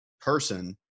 person